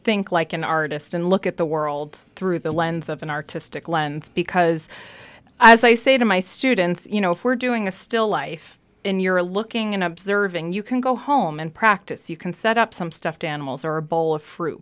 think like an artist and look at the world through the lens of an artistic lens because as i say to my students you know if we're doing a still life and you're looking and observing you can go home and practice you can set up some stuffed animals or a bowl of fruit